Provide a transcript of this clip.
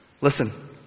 Listen